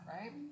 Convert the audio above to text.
right